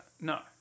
No